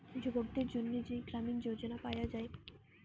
যুবকদের জন্যে যেই গ্রামীণ যোজনা পায়া যায়